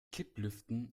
kipplüften